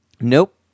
Nope